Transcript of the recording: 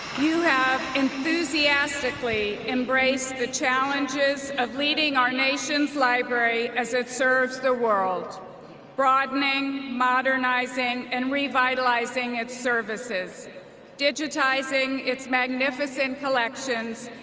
you have enthusiastically embraced the challenges of leading our nation's library as it serves the world broadening, modernizing, and revitalizing its services digitizing its magnificent collections,